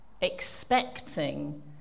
expecting